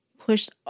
Pushed